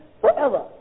forever